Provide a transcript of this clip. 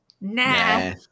Nah